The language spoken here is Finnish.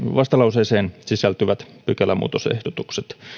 vastalauseeseen sisältyvät pykälämuutosehdotukset